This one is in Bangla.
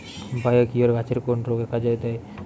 বায়োকিওর গাছের কোন রোগে কাজেদেয়?